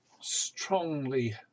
strongly